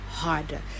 harder